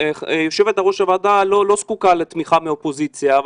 יושבת ראש הוועדה לא זקוקה לתמיכה מהאופוזיציה,